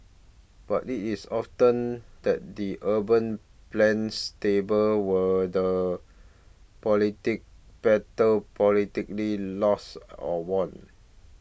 but it is often at the urban planner's table where the politic battle politically lost or won